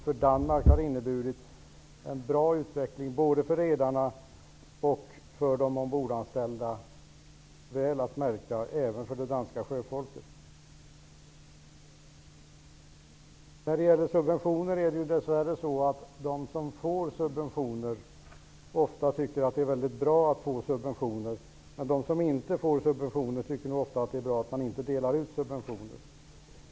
För Danmark har den inneburit en bra utveckling både för redarna, för de ombordanställda och väl att märka även för det danska sjöfolket. När det gäller subventioner är det dess värre så att de som får subventioner ofta tycker att det är mycket bra att få subventioner, medan de som inte får subventioner ofta tycker att det är bra att man inte delar ut subventioner.